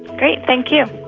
great, thank you.